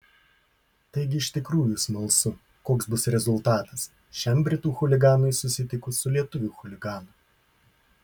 taigi iš tikrųjų smalsu koks bus rezultatas šiam britų chuliganui susitikus su lietuvių chuliganu